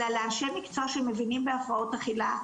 אלא לאנשי מקצוע שמבינים בהפרעות אכילה,